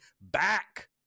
back